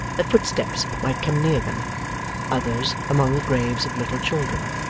that footsteps might come near them others, among the graves of little children.